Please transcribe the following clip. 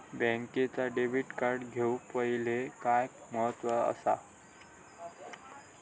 बँकेचा debit card घेउक पाहिले काय महत्वाचा असा?